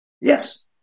Yes